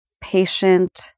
patient